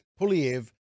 Puliev